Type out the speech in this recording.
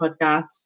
podcast